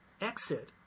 exit